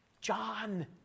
John